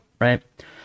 right